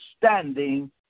standing